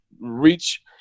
reach